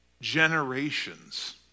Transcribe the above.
generations